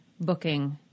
booking